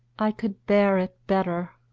i could bear it better.